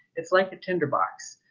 it's like a tinderbox.